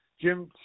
Jim